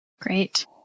Great